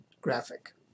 graphic